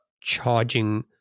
charging